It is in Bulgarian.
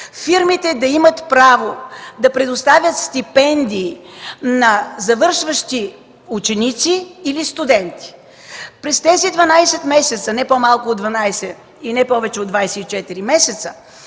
фирмите да имат право да предоставят стипендии на завършващи ученици или студенти. През тези не по-малко от 12 и не повече от 24 месеца